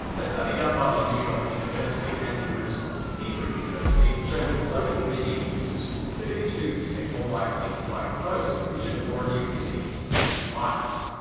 a study done by the new york university and jerusalem's hebrew university showed that social media users were thirty two percent more likely to like posts which had already received fake likes,